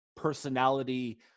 personality